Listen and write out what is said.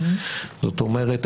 זאת אומרת,